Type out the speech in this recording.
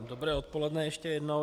Dobré odpoledne ještě jednou.